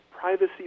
privacy